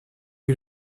que